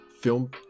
film